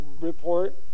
report